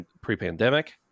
pre-pandemic